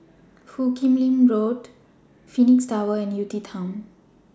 Foo Kim Lin Road Phoenix Tower and UTown